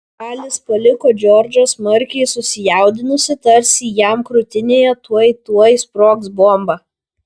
ralis paliko džordžą smarkiai susijaudinusį tarsi jam krūtinėje tuoj tuoj sprogs bomba